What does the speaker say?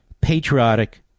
patriotic